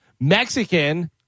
mexican